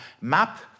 map